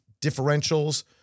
differentials